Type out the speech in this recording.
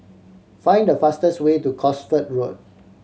find the fastest way to Cosford Road